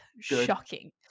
Shocking